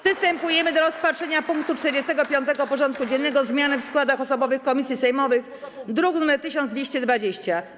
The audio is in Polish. Przystępujemy do rozpatrzenia punktu 45. porządku dziennego: Zmiany w składach osobowych komisji sejmowych (druk nr 1220)